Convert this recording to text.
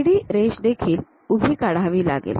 AD रेष देखील उभी काढावी लागेल